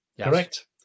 Correct